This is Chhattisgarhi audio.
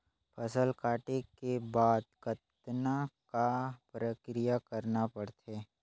फसल काटे के बाद कतना क प्रक्रिया करना पड़थे?